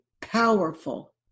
powerful